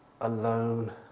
alone